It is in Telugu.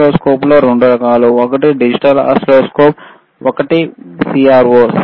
ఓసిల్లోస్కోప్లు 2 రకాలు ఒకటి డిజిటల్ ఓసిల్లోస్కోప్ ఒకటి సిఆర్ఓ